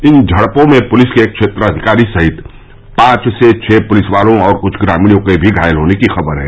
इन झड़पों में पुलिस के एक क्षेत्राधिकारी सहित पांच से छह पुलिस वालों और कुछ ग्रामीणों के भी घायल होने की खबर है